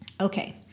Okay